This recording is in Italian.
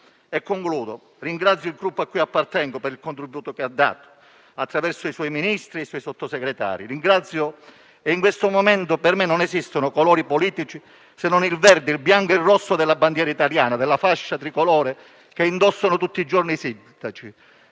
Concludo ringraziando il Gruppo a cui appartengo per il contributo che ha dato, attraverso i suoi Ministri e i suoi Sottosegretari. Li ringrazio e in questo momento per me non esistono colori politici, se non il verde, il bianco e il rosso della bandiera italiana e della fascia tricolore che indossano tutti i giorni i sindaci.